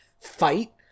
fight